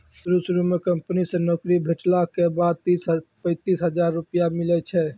शुरू शुरू म कंपनी से नौकरी भेटला के बाद तीस पैंतीस हजार रुपिया मिलै छै